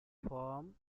form